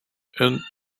and